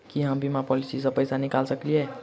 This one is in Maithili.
की हम बीमा पॉलिसी सऽ पैसा निकाल सकलिये?